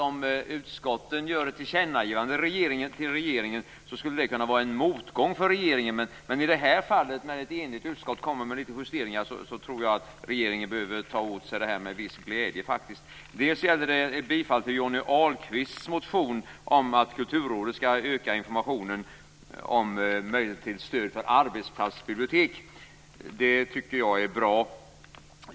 Om utskotten gör ett tillkännagivande till regeringen skulle det kunna vara en motgång för regeringen, men i det här fallet - när ett enigt utskott vill göra litet justeringar - tror jag att regeringen kan ta åt sig dessa med en viss glädje. Utskottet tillstyrker Johnny Ahlqvists motion om att Kulturrådet skall öka informationen om stöd för arbetsplatsbibliotek. Det tycker jag är bra.